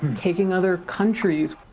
taking other countries,